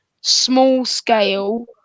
small-scale